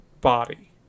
body